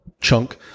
chunk